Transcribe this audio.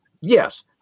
Yes